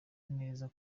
neza